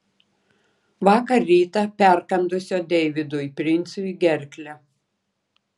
vakar rytą perkandusio deividui princui gerklę